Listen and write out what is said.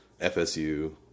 FSU